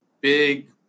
big